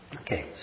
Okay